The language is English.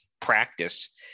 practice